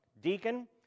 deacon